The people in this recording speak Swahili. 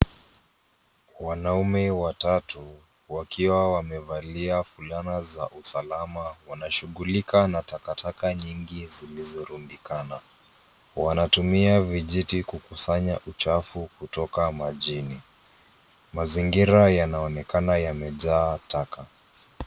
Wanaume watatu wakiwa wamevalia fulana za usalama wanashughulika na taka taka nyingi zilizo rundikana. Wanatumia vijiti kukusanya uchafu kutoka majini. Mazingira yanaonekana yamejaa taka.